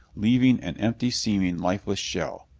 leaving an empty-seeming, lifeless shell.